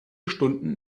stunden